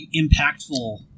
impactful